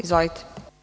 Izvolite.